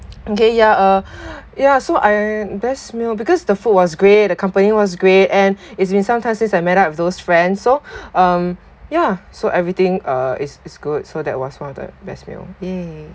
okay ya uh ya so I best meal because the food was great the company was great and it's been sometimes since I met up those friends so um yeah so everything uh is is good so that was one of the best meal !yay!